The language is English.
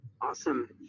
Awesome